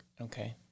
Okay